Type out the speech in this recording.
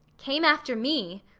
came after me?